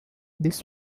this